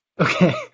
okay